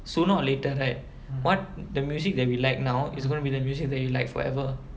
sooner or later right what the music that we like now it's going to be the music that you like forever